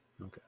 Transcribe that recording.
Okay